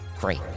Great